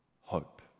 hope